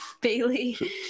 Bailey